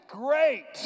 great